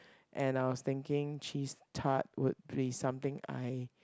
and I was thinking cheese tart would be something I